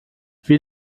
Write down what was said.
wie